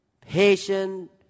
patient